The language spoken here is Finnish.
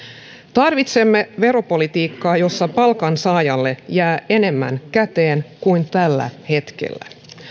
tarvitsemme veropolitiikkaa jossa palkansaajalle jää enemmän käteen kuin tällä hetkellä